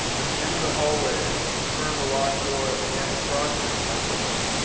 at the end of the hallway in front of the locked door i began to prostrate myself,